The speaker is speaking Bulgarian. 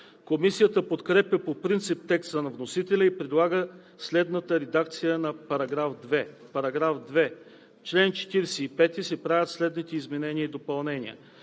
Комисията подкрепя по принцип текста на вносителя и предлага следната редакция на § 2: „§ 2. В чл. 45 се правят следните изменения и допълнения: